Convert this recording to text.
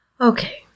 Okay